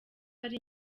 ari